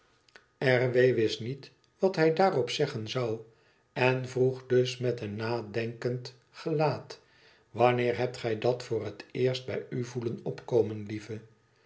w wist niet wat hij daarop zeggen zou en vroeg dus met een nadenkend gelaat wanneer hebt gij dat voor het eerst bij u voelen opkomen lieve